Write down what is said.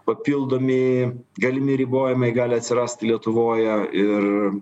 papildomi galimi ribojimai gali atsirasti lietuvoje ir